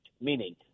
meaning –